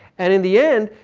and in the end,